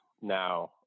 now